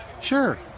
Sure